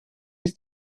ist